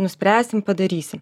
nuspręsim padarysim